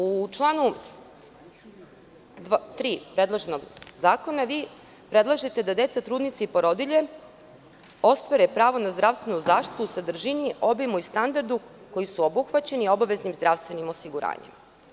U članu 3. predlog zakona, vi predlažete da deca, trudnice i porodilje ostvare pravo na zdravstvenu zaštitu u sadržini, obimu standardu koji su obuhvaćeni obaveznim zdravstvenim osiguranjem.